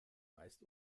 meist